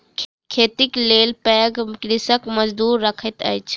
खेतीक लेल पैघ कृषक मजदूर रखैत अछि